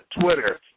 Twitter